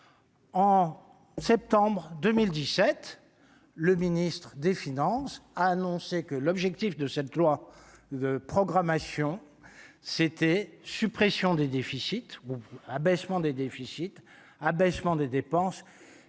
En septembre 2017, le ministre des Finances a annoncé que l'objectif de cette loi de programmation c'était suppression des déficits ou abaissement des déficits abaissement des dépenses